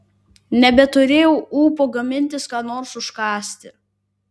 nebeturėjau ūpo gamintis ko nors užkąsti